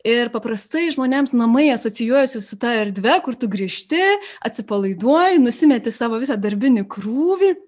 ir paprastai žmonėms namai asocijuojasi su ta erdve kur tu grįžti atsipalaiduoji nusimeti savo visą darbinį krūvį